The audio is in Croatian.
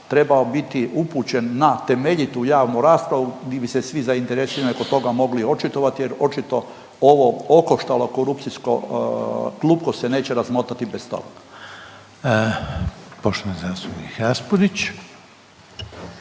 trebao biti upućen na temeljitu javnu raspravu gdje bi se svi zainteresirani oko toga mogli i očitovat jer očito ovo okoštalo korupcijsko klupko se neće razmotati bez toga. **Reiner,